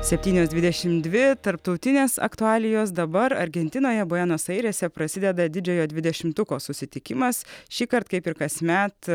septynios dvidešimt dvi tarptautinės aktualijos dabar argentinoje buenos airėse prasideda didžiojo dvidešimtuko susitikimas šįkart kaip ir kasmet